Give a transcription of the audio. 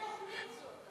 איזו תוכנית זאת?